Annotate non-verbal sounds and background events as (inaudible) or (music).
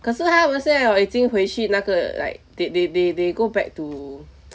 可是他们现在 orh 已经回去那个 like they they they they go back to (noise)